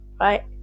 right